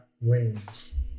wins